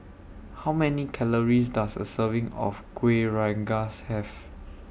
How Many Calories Does A Serving of Kuih Rengas Have